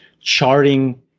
charting